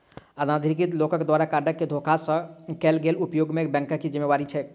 अनाधिकृत लोकक द्वारा कार्ड केँ धोखा सँ कैल गेल उपयोग मे बैंकक की जिम्मेवारी छैक?